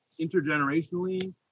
intergenerationally